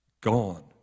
Gone